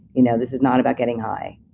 you know this is not about getting high